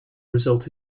result